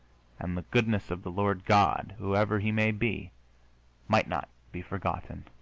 and the goodness of the lord god whoever he may be might not be forgotten.